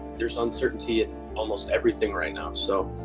there's uncertainty at almost everything right now. so,